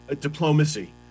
diplomacy